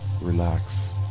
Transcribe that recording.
Relax